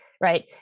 right